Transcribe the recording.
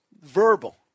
verbal